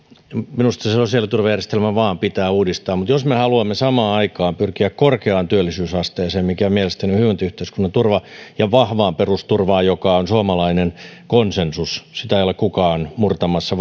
minusta sosiaaliturvajärjestelmä vaan pitää uudistaa mutta jos me me haluamme samaan aikaan pyrkiä korkeaan työllisyysasteeseen mikä mielestäni on hyvinvointiyhteiskunnan turva ja vahvaan perusturvaan joka on suomalainen konsensus vahvaa perusturvaa ei ole kukaan murtamassa